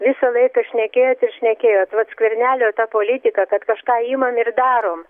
visą laiką šnekėjot ir šnekėjot vat skvernelio ta politika kad kažką imam ir darom